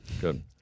Good